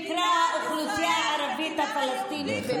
אפילו למיעוט לאומי שנקרא האוכלוסייה הערבית הפלסטינית במדינת ישראל.